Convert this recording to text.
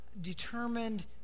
determined